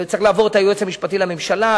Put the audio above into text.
זה צריך לעבור את היועץ המשפטי לממשלה,